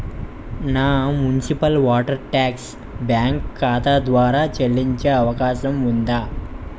నా municipal water tax bank ఖాతా ద్వారా చెల్లించే అవకాశం ఉందా?